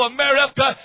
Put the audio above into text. America